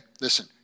Listen